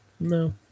No